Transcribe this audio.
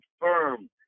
confirmed